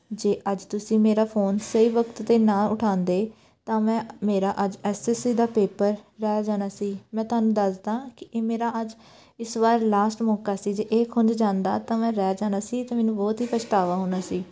ਜੇ ਅੱਜ ਤੁਸੀਂ ਮੇਰਾ ਫੋਨ ਸਹੀ ਵਕਤ 'ਤੇ ਨਾ ਉਠਾਉਂਦੇ ਤਾਂ ਮੈਂ ਮੇਰਾ ਅੱਜ ਐਸ ਐਸ ਸੀ ਦਾ ਪੇਪਰ ਰਹਿ ਜਾਣਾ ਸੀ ਮੈਂ ਤੁਹਾਨੂੰ ਦੱਸਦਾ ਕਿ ਇਹ ਮੇਰਾ ਅੱਜ ਇਸ ਵਾਰ ਲਾਸਟ ਮੌਕਾ ਸੀ ਜੇ ਇਹ ਖੁੰਝ ਜਾਂਦਾ ਤਾਂ ਮੈਂ ਰਹਿ ਜਾਣਾ ਸੀ ਅਤੇ ਮੈਨੂੰ ਬਹੁਤ ਹੀ ਪਛਤਾਵਾ ਹੋਣਾ ਸੀ